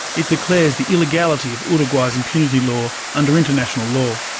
it declares the illegality of uruguay's impunity law under international law.